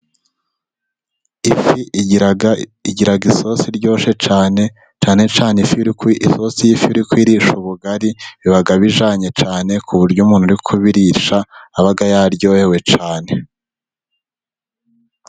Ifi igira isosi iryoshye cyane, cyane cyane isosi y'ifi iyo uri kuyirisha ubugari biba bijyanye cyane, ku buryo umuntu uri kubirisha aba yaryohewe cyane.